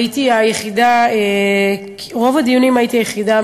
הייתי היחידה, רוב הדיונים הייתי היחידה,